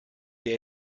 der